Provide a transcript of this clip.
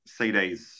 CDs